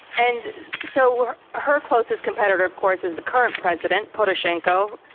and so, her closest competitor of course is the current president, poroshenko,